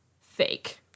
fake